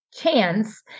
chance